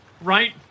right